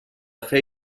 fer